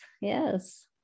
Yes